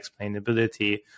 explainability